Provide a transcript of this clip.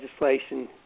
legislation